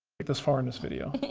get this far in this video,